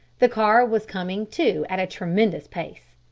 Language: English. the car was coming too, at a tremendous pace.